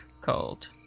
called